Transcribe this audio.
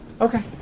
Okay